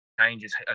changes